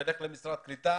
ולך למשרד הקליטה.